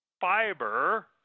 fiber